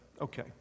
Okay